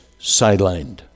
sidelined